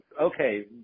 okay